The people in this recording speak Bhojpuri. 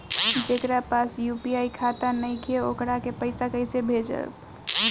जेकरा पास यू.पी.आई खाता नाईखे वोकरा के पईसा कईसे भेजब?